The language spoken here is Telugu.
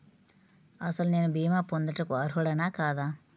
అసలు నేను భీమా పొందుటకు అర్హుడన కాదా?